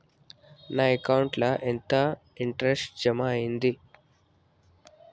నా అకౌంట్ ల ఎంత ఇంట్రెస్ట్ జమ అయ్యింది?